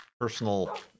personal